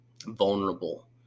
vulnerable